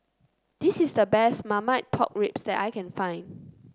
this is the best Marmite Pork Ribs that I can find